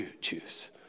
choose